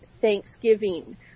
thanksgiving